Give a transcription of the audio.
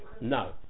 no